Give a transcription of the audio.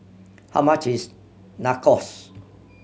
how much is Nachos